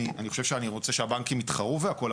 אני חושב שאני רוצה שהבנקים יתחרו והכל,